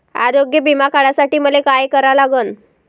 आरोग्य बिमा काढासाठी मले काय करा लागन?